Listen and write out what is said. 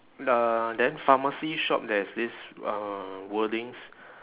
the then pharmacy shop there's this uh wordings